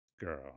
girl